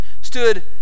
stood